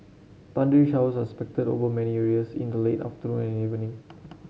thundery showers are expected over many areas in the late afternoon and evening